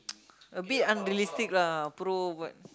a bit unrealistic lah pro what